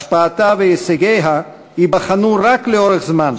השפעתה והישגיה ייבחנו רק לאורך זמן,